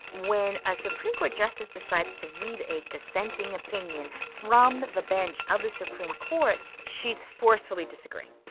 when a supreme court justice decides to read a dissenting opinion from the bench of the supreme court, she's forcefully disagreeing.